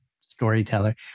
storyteller